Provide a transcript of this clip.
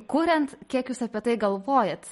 kuriant kiek jūs apie tai galvojat